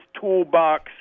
toolbox